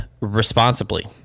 responsibly